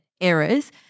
errors